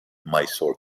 mysore